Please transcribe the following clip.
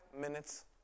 minutes